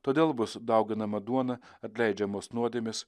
todėl bus dauginama duona atleidžiamos nuodėmės